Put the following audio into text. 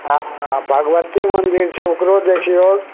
हाँ भगवती मन्दिर छै ओकरो देखियौ